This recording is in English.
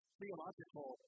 theological